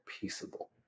peaceable